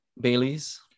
Bailey's